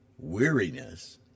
weariness